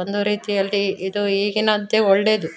ಒಂದು ರೀತಿಯಲ್ಲಿ ಇದು ಈಗಿನದ್ದೆ ಒಳ್ಳೆಯದು